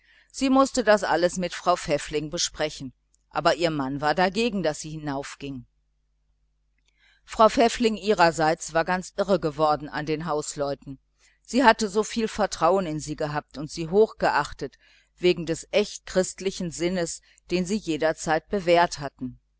sie mußte das alles mit frau pfäffling besprechen aber ihr mann war dagegen daß sie hinaufging frau pfäffling ihrerseits war ganz irre geworden an den hausleuten sie hatte so viel vertrauen in sie gehabt und sie hochgeachtet wegen des echten christlichen sinnes den sie jederzeit bewährt hatten